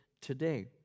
today